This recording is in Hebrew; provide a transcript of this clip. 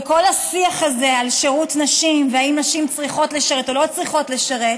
וכל השיח הזה על שירות נשים ואם נשים צריכות לשרת או לא צריכות לשרת,